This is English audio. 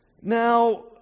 Now